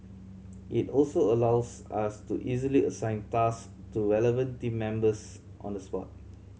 it also allows us to easily assign task to relevant team members on the spot